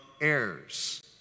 heirs